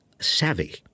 savvy